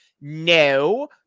No